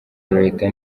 leta